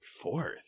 fourth